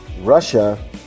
Russia